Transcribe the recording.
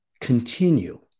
continue